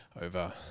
over